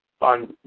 on